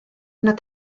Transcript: nad